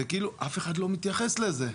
וכאילו אף אחד לא מתייחס לזה.